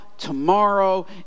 Tomorrow